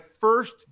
first